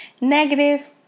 negative